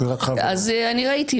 ראיתי.